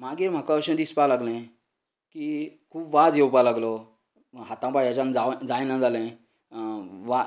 मागीर म्हाका अशें दिसपाक लागलें की खूब वाज येवपा लागलो हाता पांयानच्यान जायना जालें वाज